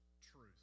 truth